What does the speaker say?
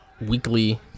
weekly